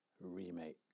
Remake